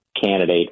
candidate